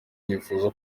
yifuza